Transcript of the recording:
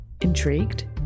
Intrigued